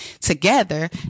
together